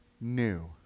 new